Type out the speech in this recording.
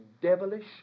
devilish